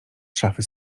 szafy